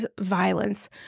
violence